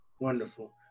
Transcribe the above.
Wonderful